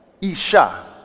Isha